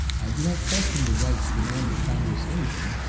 i do not question the right to demand of congress any thing,